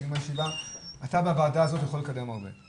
אתה בוועדה הזאת יכול לקדם הרבה.